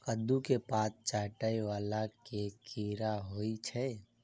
कद्दू केँ पात चाटय वला केँ कीड़ा होइ छै?